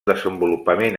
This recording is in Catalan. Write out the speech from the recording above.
desenvolupament